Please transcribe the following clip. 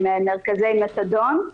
עם מרכזי מתדון,